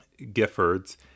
giffords